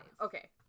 okay